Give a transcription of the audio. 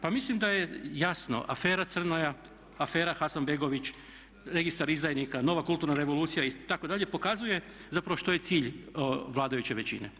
Pa mislim da je jasno, afera Crnoja, afera Hasanbegović, registar izdajnika, nova kulturna revolucija itd. pokazuje zapravo što je cilj vladajuće većine.